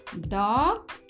dog